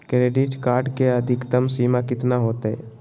Credit card के अधिकतम सीमा कितना होते?